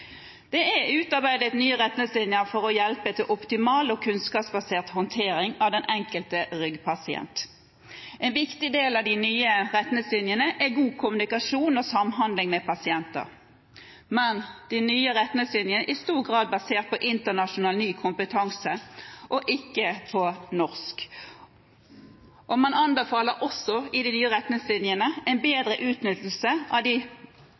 Det er utarbeidet nye retningslinjer for å få en optimal og kunnskapsbasert håndtering av den enkelte ryggpasient. En viktig del av de nye retningslinjene er god kommunikasjon og samhandling med pasienter. De nye retningslinjene er i stor grad basert på internasjonal, ny kompetanse – ikke på norsk – og man anbefaler også i de nye retningslinjene å utnytte de tilgjengelige ressursene på en bedre